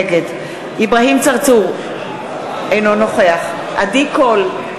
נגד אברהים צרצור, אינו נוכח עדי קול,